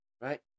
Right